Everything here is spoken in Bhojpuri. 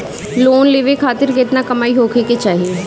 लोन लेवे खातिर केतना कमाई होखे के चाही?